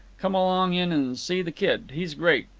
come along in and see the kid. he's great.